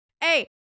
hey